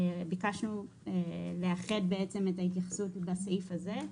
ביקשנו לאחד את ההתייחסות בסעיף הזה,